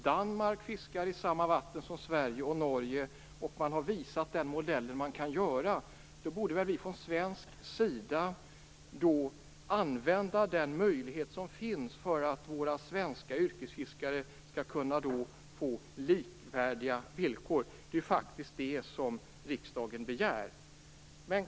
Danmark fiskar i samma vatten som Sverige och Norge. Danmark har visat hur man kan göra. Då borde vi från svensk sida ta vara på den möjlighet som finns, så att våra svenska yrkesfiskare kan få likvärdiga villkor. Det är det riksdagen begär.